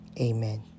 Amen